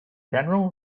general